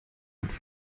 und